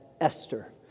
Esther